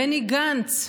בני גנץ.